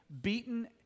beaten